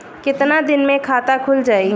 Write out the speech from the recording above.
कितना दिन मे खाता खुल जाई?